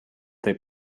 they